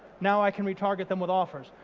now i can retarget them with offers,